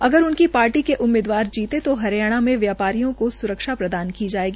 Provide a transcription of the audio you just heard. अगर उनकी ार्टी के उम्मीदवार जीते तो हरियाणा में व्या ारियों को स्रक्षा प्रदान की जायेगी